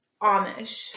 Amish